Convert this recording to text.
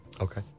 Okay